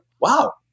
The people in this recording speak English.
wow